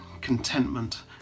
contentment